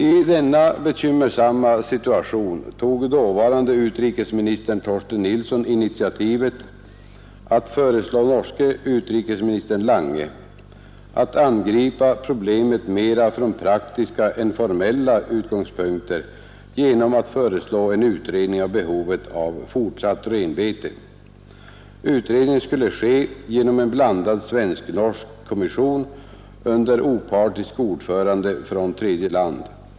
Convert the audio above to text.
I denna bekymmersamma situation tog dåvarande utrikesministern Torsten Nilsson initiativet att föreslå den norske utrikesministern Lange att angripa problemet mera från praktiska än formella utgångspunkter genom att föreslå en utredning av behovet av fortsatt renbete över gränsen. Utredningen skulle ske genom en blandad svensk-norsk kommission under opartisk ordförande från tredje land.